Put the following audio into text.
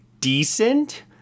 decent